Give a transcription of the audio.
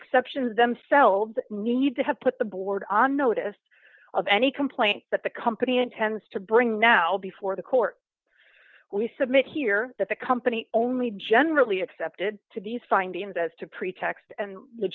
exceptions themselves need to have put the board on notice of any complaint that the company intends to bring now before the court we submit here that the company only generally accepted to these findings as to